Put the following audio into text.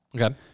okay